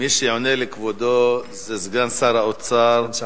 מי שעונה לכבודו זה סגן שר האוצר,